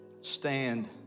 stand